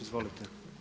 Izvolite.